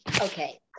okay